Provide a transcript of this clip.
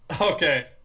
Okay